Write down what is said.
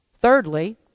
Thirdly